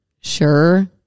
sure